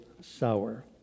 sour